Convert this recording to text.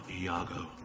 Iago